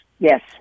yes